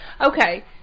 Okay